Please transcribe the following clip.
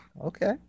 okay